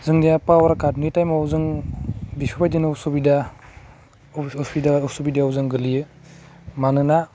जोंनिया पावार कार्डनि टाइमआव जों बेफोरबायदिनो असुबिदा असुबिदा असुबिदायाव जों गोलैयो मानोना